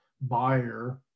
buyer